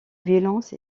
violence